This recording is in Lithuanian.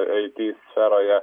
ai ty sferoje